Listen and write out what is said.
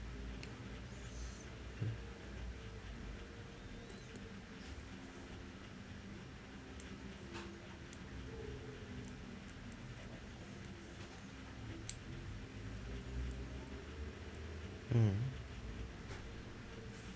mm